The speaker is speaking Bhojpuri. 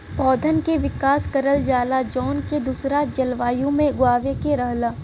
पौधन के विकास करल जाला जौन के दूसरा जलवायु में उगावे के रहला